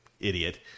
idiot